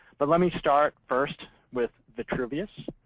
but let me start first with vitruvius,